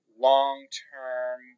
long-term